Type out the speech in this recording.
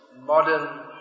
modern